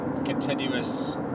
continuous